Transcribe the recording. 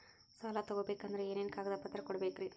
ಸಾಲ ತೊಗೋಬೇಕಂದ್ರ ಏನೇನ್ ಕಾಗದಪತ್ರ ಕೊಡಬೇಕ್ರಿ?